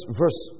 verse